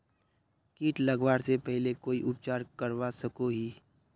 किट लगवा से पहले कोई उपचार करवा सकोहो ही?